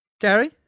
Gary